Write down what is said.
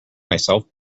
myself